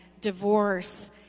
divorce